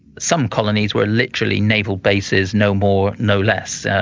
some colonies were literally naval bases no more no less,